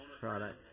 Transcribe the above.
Products